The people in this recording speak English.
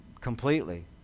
completely